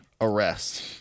arrest